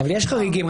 יש חריגים.